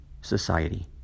society